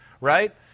right